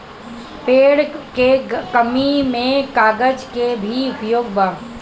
पेड़ के कमी में कागज के भी योगदान बा